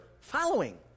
following